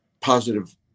positive